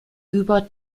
über